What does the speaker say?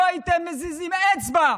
לא הייתם מזיזים אצבע.